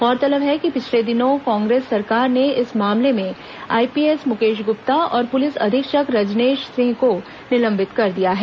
गौरतलब है कि पिछले दिनों कांग्रेस सरकार ने इस मामले में आईपीएस मुकेश गुप्ता और पुलिस अधीक्षक रजनेश सिंह को निलंबित कर दिया है